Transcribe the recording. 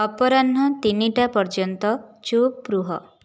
ଅପରାହ୍ନ ତିନିଟା ପର୍ଯ୍ୟନ୍ତ ଚୁପ୍ ରୁହ